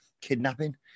kidnapping